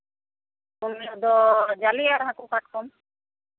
ᱩᱱ ᱦᱤᱞᱚᱜ ᱫᱚ ᱡᱟᱞᱮ ᱟᱨ ᱦᱟᱹᱠᱩ ᱠᱟᱴᱠᱚᱢ